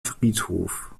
friedhof